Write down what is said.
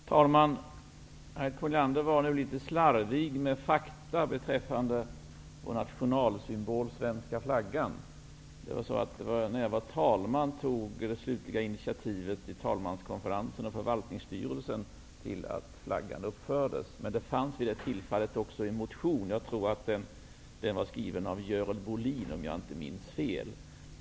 Herr talman! Harriet Colliander var litet slarvig med fakta beträffande vår nationalsymbol, den svenska flaggan. Det var så att jag, när jag var talman, tog det slutliga initiativet i talmanskonferensen och förvaltningsstyrelsen till att flaggan sattes upp. Det fanns vid det tillfället också en motion. Den var skriven av Görel Bohlin, om jag inte minns fel.